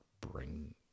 bring